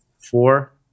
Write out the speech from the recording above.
four